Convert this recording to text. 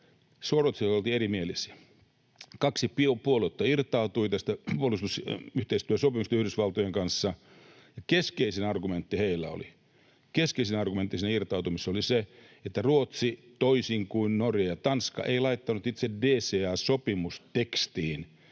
hetki sitten, oltiin erimielisiä. Kaksi puoluetta irtautui tästä puolustusyhteistyösopimuksesta Yhdysvaltojen kanssa, ja keskeisin argumentti heillä oli, keskeisin argumentti siinä irtautumisessa, että Ruotsi, toisin kuin Norja ja Tanska, ei laittanut itse DCA-sopimustekstiin